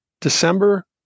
December